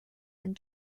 and